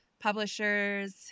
publishers